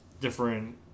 different